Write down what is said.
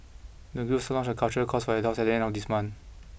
the group will also launch a cultural course for adults at the end of this month